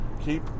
keep